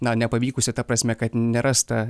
na nepavykusį ta prasme kad nerasta